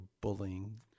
bullying